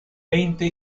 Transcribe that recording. veinte